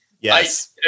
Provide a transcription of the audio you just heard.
Yes